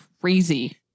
crazy